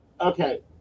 Okay